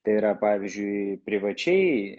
tai yra pavyzdžiui privačiai